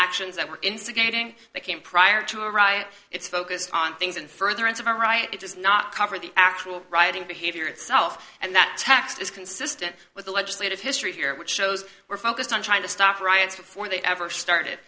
actions that were instigating that came prior to a riot its focus on things in furtherance of our right it does not cover the actual rioting behavior itself and that text is consistent with the legislative history here which shows we're focused on trying to stop riots before they ever started